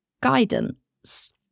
guidance